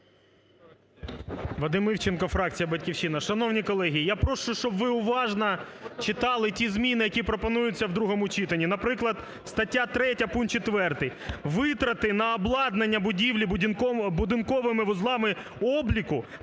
Вадим Івченко, фракція "Батьківщина". Шановні колеги, я прошу, щоб ви уважно читали ті зміни, які пропонуються у другому читанні. Наприклад, стаття 3 пункт 4: "Витрати на обладнання будівлі будинковими вузлами обліку,